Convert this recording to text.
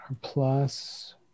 Plus